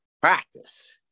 Practice